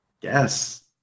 Yes